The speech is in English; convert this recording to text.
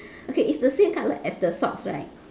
okay it's the same color as the socks right